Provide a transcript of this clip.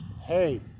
hey